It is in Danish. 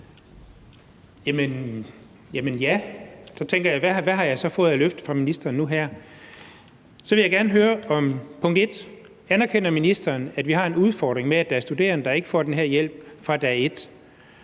Ja, men så tænker jeg: Hvad har jeg så fået af løfte fra ministeren nu her? Så vil jeg gerne høre: Anerkender ministeren, at vi har en udfordring med, at der er studerende, der ikke får den her hjælp fra dag et?